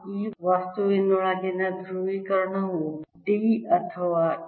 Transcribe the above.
ಈ ವಸ್ತುವಿನೊಳಗಿನ ಧ್ರುವೀಕರಣವು D ಅಥವಾ E